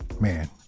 man